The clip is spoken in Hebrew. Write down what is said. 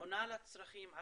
עונה לצרכים?